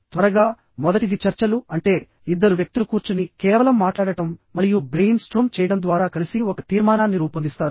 త్వరగా మొదటిది చర్చలు అంటే ఇద్దరు వ్యక్తులు కూర్చుని కేవలం మాట్లాడటం మరియు బ్రెయిన్ స్ట్రోమ్ చేయడం ద్వారా కలిసి ఒక తీర్మానాన్ని రూపొందిస్తారు